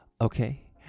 okay